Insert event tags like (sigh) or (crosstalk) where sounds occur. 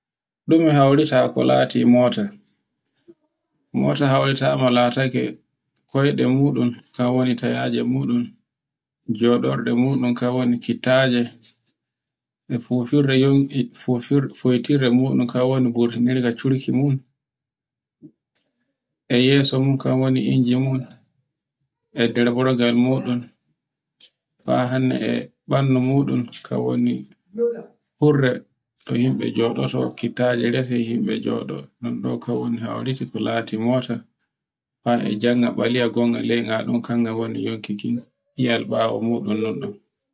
Dume hawrita ko lati mota. Mota hauritama lati lataake koyɗe muɗum kan woni tayaje moɗum, joɗorde muɗum, kan woni kittaje (hesitation) e fofirde muɗum kan woni corkirde muɗum, yeso mun kan woni inji mun, e dobborgal muɗum, (noise) faa hande moɗum e bandu muɗum kan woni hurre, to himbe jodoto, kittaje rese be joɗo, um ɗon kan woni ko lati mota, hae jannga balewa kanga woni ni yal bawo mun non.